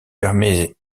permet